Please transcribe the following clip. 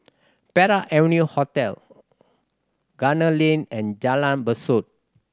Park Avenue Hotel Gunner Lane and Jalan Besut